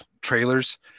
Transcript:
trailers